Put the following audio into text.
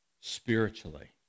spiritually